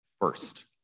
first